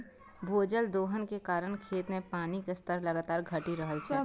भूजल दोहन के कारण खेत मे पानिक स्तर लगातार घटि रहल छै